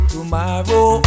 Tomorrow